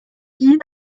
кийин